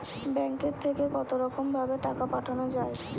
ব্যাঙ্কের থেকে কতরকম ভাবে টাকা পাঠানো য়ায়?